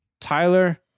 Tyler